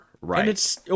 Right